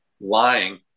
lying